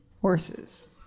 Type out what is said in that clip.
horses